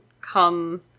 come